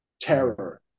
terror